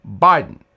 Biden